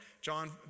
John